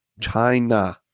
China